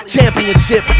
Championship